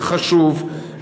חשוב,